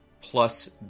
plus